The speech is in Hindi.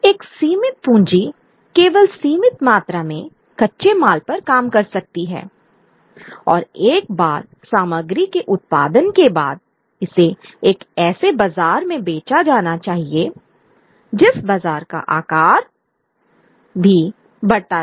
एक सीमित पूंजी केवल सीमित मात्रा में कच्चे माल पर काम कर सकती है और एक बार सामग्री के उत्पादन के बाद इसे एक ऐसे बाजार में बेचा जाना चाहिए जिस बाजार का आकार भी बढ़ता रहे